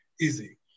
easy